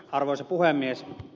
arvoisa puhemies